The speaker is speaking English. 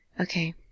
okay